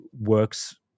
works